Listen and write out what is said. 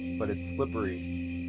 but it's slippery.